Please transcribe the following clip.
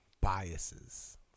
biases